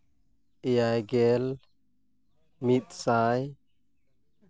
ᱮᱭᱟᱭ ᱜᱮᱞ ᱢᱤᱫ ᱥᱟᱭ